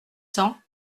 cents